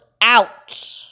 out